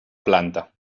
planta